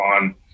on